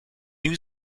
new